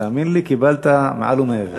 תאמין לי, קיבלת מעל ומעבר.